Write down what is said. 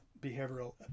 behavioral